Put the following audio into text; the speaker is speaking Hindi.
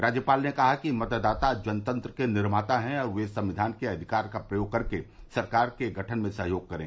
राज्यपाल ने कहा कि मतदाता जनतंत्र के निर्माता हैं वे संविधान के अधिकार का प्रयोग करके सरकार के गठन में सहयोग करें